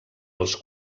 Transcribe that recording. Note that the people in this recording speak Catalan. els